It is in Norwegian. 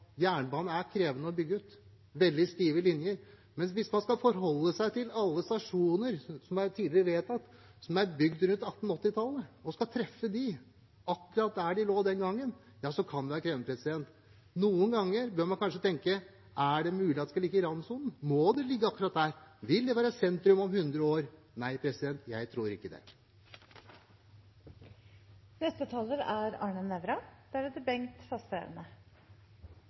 Jernbanen er krevende å bygge ut – veldig stive linjer. Hvis man skal forholde seg til alle stasjoner som tidligere er vedtatt, som er bygd rundt 1880-tallet, og man skal treffe akkurat der de lå den gangen, kan det være krevende. Noen ganger bør man kanskje tenke: Er det mulig at den skal ligge i randsonen, må den ligge akkurat der, vil det være sentrum om 100 år? Nei, jeg tror ikke